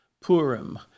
Purim